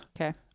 Okay